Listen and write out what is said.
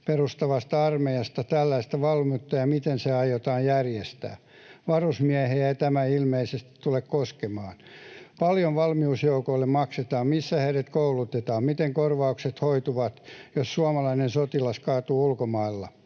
perustuvasta armeijasta tällaista valmiutta, ja miten se aiotaan järjestää? Varusmiehiä tämä ilmeisesti ei tule koskemaan. Paljonko valmiusjoukoille maksetaan? Missä heidät koulutetaan? Miten korvaukset hoituvat, jos suomalainen sotilas kaatuu ulkomailla?